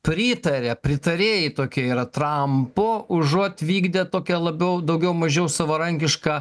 pritaria pritarėjai tokie yra trampo užuot vykdę tokia labiau daugiau mažiau savarankišką